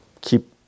keep